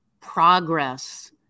progress